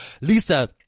Lisa